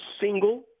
single